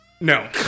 No